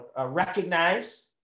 recognize